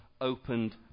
opened